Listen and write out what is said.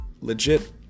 legit